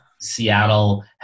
Seattle